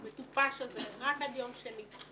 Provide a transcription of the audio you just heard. המטופש הזה רק עד יום שני.